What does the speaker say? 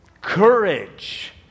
courage